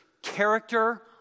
Character